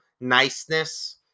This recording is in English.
niceness